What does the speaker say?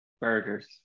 Burgers